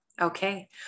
okay